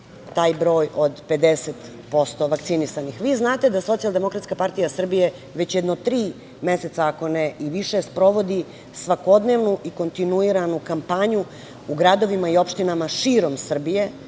taj broj od 50% vakcinisanih. Vi znate da Socijaldemokratska partija Srbije već jedno tri meseca, ako ne i više, sprovodi svakodnevnu i kontinuiranu kampanju u gradovima i opštinama širom Srbije